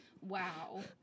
Wow